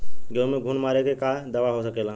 गेहूँ में घुन मारे के का दवा हो सकेला?